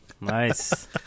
Nice